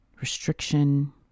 restriction